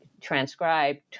transcribed